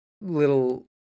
little